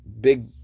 big